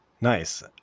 Nice